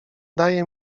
daje